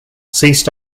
ceased